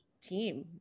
team